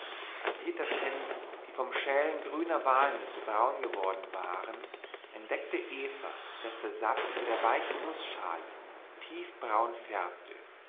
peters händen die vom schälen grüner walnüsse braun geworden waren entdeckte eva daß der saft der weichen nußschale tiefbraun färbte